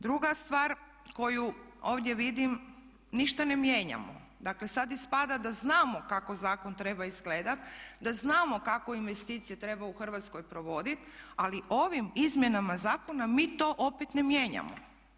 Druga stvar, koju ovdje vidim ništa ne mijenjamo, dakle sad ispada da znamo kako zakon treba izgledat, da znamo kako investicije treba u Hrvatskoj provodit ali ovim izmjenama zakona mi to opet ne mijenjamo.